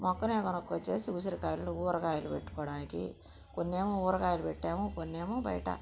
మొక్కను కొనుకొని వచ్చి ఉసిరికాయలను ఊరగాయలు పెట్టుకోడానికి కొన్ని ఏమో ఊరగాయలు పెట్టాము కొన్ని ఏమో బయట